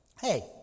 hey